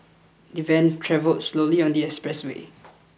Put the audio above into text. the van travel slowly on the expressway